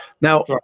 Now